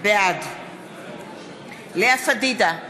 בעד לאה פדידה,